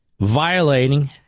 violating